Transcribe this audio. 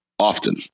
Often